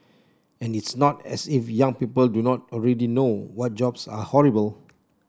and it's not as if young people do not already know what jobs are horrible